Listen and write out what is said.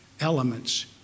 elements